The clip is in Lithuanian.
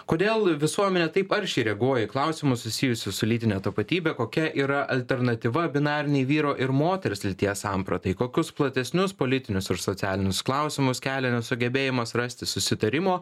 kodėl visuomenė taip aršiai reaguoja į klausimus susijusius su lytine tapatybe kokia yra alternatyva binarinei vyro ir moters lyties sampratai kokius platesnius politinius ir socialinius klausimus kelia nesugebėjimas rasti susitarimo